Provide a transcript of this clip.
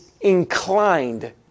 inclined